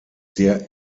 der